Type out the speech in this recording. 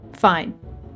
Fine